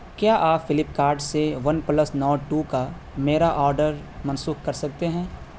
کیا آپ فلپکارٹ سے ون پلس نورڈ ٹو کا میرا آڈر منسوخ کر سکتے ہیں